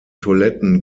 toiletten